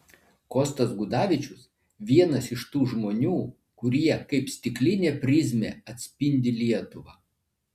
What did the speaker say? kostas gudavičius vienas iš tų žmonių kurie kaip stiklinė prizmė atspindi lietuvą